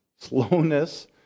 Slowness